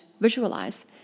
visualize